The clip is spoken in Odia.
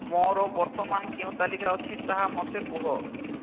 ମୋର ବର୍ତ୍ତମାନ କେଉଁ ତାଲିକା ଅଛି ତାହା ମୋତେ କୁହ